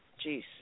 Jeez